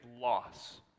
loss